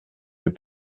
les